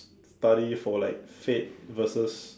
baddy for like fade versus